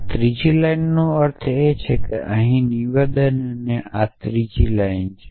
આ ત્રીજી લાઇનનો અર્થ છે અહીં આ નિવેદનને આ ત્રીજી લાઇન કહે છે